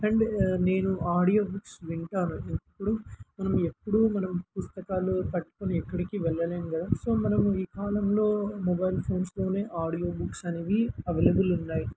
and నేను audio books వింటాను ఇప్పుడు మనం ఎప్పుడూ మనం పుస్తకాలు పట్టుకొని ఎక్కడికి వెళ్ళలేము కదా సో మనము ఈ కాలంలో మొబైల్ ఫోన్స్లోనే ఆడియో బుక్స్ అనేవి అవైలబుల్ ఉన్నాయి